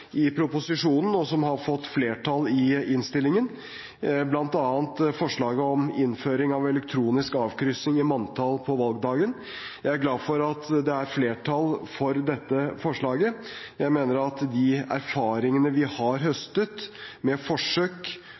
proposisjonen som har fått flertall i innstillingen, bl.a. forslaget om innføring av elektronisk avkryssing i manntallet på valgdagen. Jeg er glad for at det er flertall for dette forslaget. Jeg mener at de erfaringene vi har høstet med forsøk